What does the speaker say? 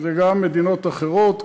זה גם מדינות אחרות,